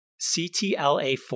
CTLA4